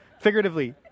figuratively